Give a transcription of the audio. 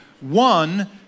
One